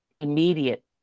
immediate